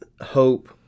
hope